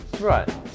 Right